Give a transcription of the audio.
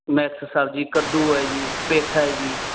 mix ਸਬਜ਼ੀ ਕੱਦੂ ਹੈ ਜੀ ਪੇਠਾ ਹੈ ਜੀ